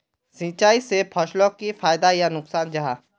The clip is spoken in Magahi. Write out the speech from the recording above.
सिंचाई से फसलोक की फायदा या नुकसान जाहा?